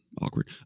Awkward